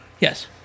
Yes